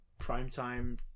primetime